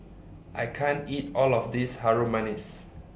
I can't eat All of This Harum Manis